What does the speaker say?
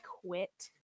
quit